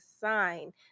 sign